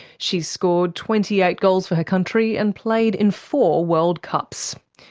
she's scored twenty eight goals for her country and played in four world cups.